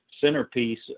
centerpiece